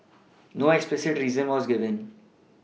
no explicit reason was given